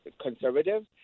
conservative